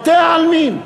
בתי-העלמין.